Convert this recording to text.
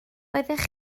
oeddech